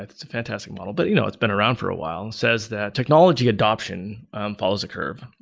it's it's a fantastic model, but you know it's been around for a while, says that technology adaption follows a curve,